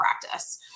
practice